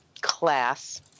class